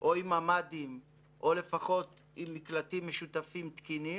או עם ממ"דים או לפחות עם מקלטים משותפים תקינים,